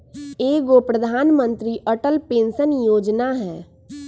एगो प्रधानमंत्री अटल पेंसन योजना है?